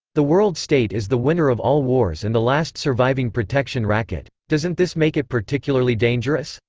the world state is the winner of all wars and the last surviving protection racket. doesn't this make it particularly dangerous?